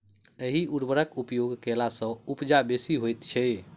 एहि उर्वरकक उपयोग कयला सॅ उपजा बेसी होइत छै